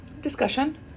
discussion